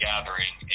gathering